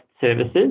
services